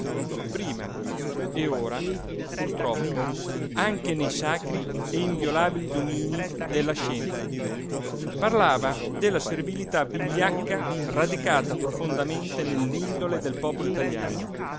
letteratura prima e ora purtroppo anche nei sacri e inviolabili dominii della scienza parlava della servilità vigliacca radicata profondamente nell'indole del popolo italiano